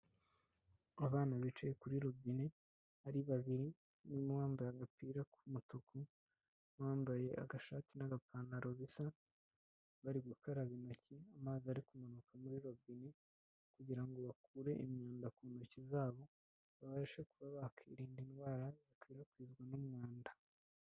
Abana bicaye kuri robine ari babiri harimo uwambaye agapira k'umutuku n'uwambaye agashati n'agapantaro bisa, bari gukaraba intoki amazi ari kumanuka muri robine kugira ngo bakure imyanda ku ntoki zabo, babashe kuba bakwirinda indwara zikwirakwizwa n'umwanda.